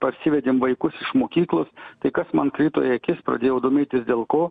parsivedėm vaikus iš mokyklos tai kas man krito į akis pradėjau domėtis dėl ko